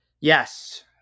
Yes